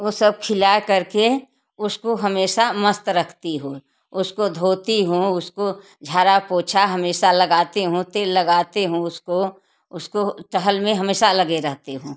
वो सब खिला करके उसको हमेशा मस्त रखती हू उसको धोती हूँ उसको झाड़ा पोछा हमेसा लगाती हूँ तेल लगाती हूँ उसको उसको टहल में हमेशा लगे रहती हूँ